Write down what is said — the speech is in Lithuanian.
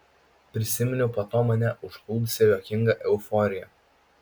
prisiminiau po to mane užplūdusią juokingą euforiją